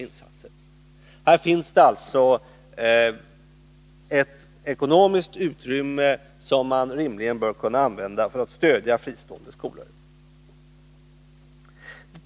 Här finns det alltså ett ekonomiskt utrymme som man rimligen bör kunna använda för att stödja fristående skolor.